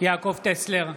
יעקב טסלר,